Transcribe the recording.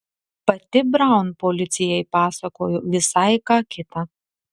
pati braun policijai pasakoja visai ką kitą